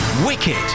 Wicked